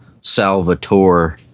Salvatore